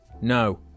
No